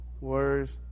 words